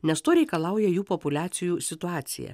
nes to reikalauja jų populiacijų situacija